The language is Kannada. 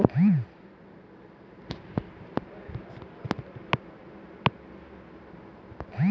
ಅಡಿಕೆಗೆ ಬರುವ ರೋಗದ ಲಕ್ಷಣ ಯಾವುದು?